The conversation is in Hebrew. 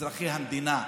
אזרחי המדינה,